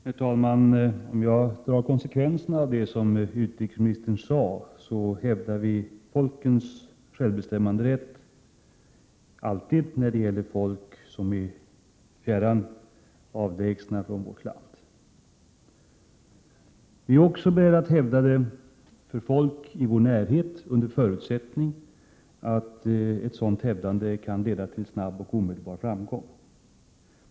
Herr talman! Låt mig dra konsekvenserna av det som utrikesministern sade: Vi hävdar alltid folkens självbestämmanderätt när det gäller folk som är fjärran från vårt land. Vi är också beredda att hävda den för folk i vår Prot. 1987/88:121 närhet under förutsättning att ett sådant hävdande kan leda till snabb och 17 maj 1988 omedelbar framgång.